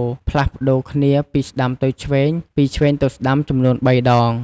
ៗផ្លាស់ប្តូរគ្នា ពីស្តាំទៅឆ្វេង ពីឆ្វេងទៅស្តាំ ចំនួន ៣ ដង។